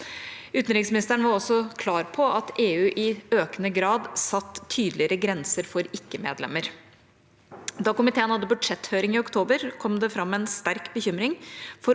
Utenriksministeren var også klar på at EU i økende grad setter tydeligere grenser for ikke-medlemmer. Da komiteen hadde budsjetthøring i oktober, kom det fram en sterk bekymring for